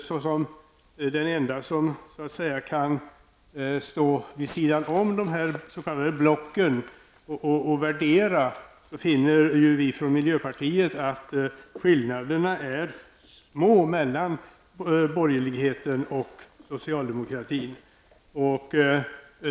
Som det enda parti som så att säga kan stå vid sidan av de s.k. blocken och värdera vad som sägs finner vi i miljöpartiet att skillnaderna mellan borgerligheten och socialdemokratin är små.